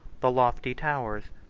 the lofty towers,